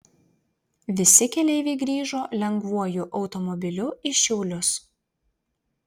visi keleiviai grįžo lengvuoju automobiliu į šiaulius